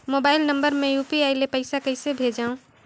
Mobile number मे UPI ले पइसा कइसे भेजवं?